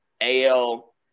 AL